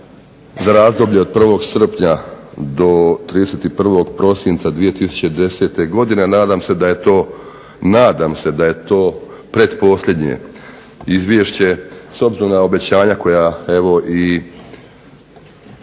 za razdoblje od 1. srpnja do 31. prosinca 2010. godine nadam se da je to pretposljednje izvješće s obzirom na obećanja koja evo